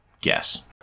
guess